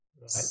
Right